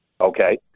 Okay